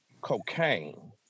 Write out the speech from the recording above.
cocaine